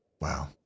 Wow